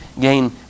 gain